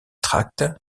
tracts